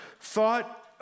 thought